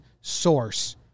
source